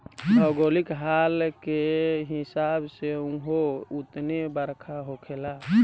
भौगोलिक हाल के हिसाब से उहो उतने बरखा होखेला